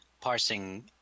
parsing